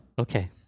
okay